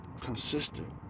Consistent